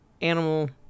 animal